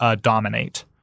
dominate